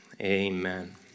amen